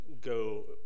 go